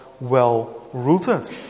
well-rooted